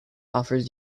offers